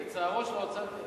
לצערו של האוצר, כן.